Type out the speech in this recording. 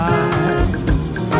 eyes